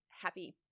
happy